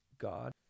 god